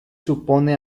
supone